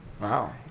Wow